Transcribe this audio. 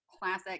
classic